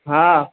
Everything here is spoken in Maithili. हँ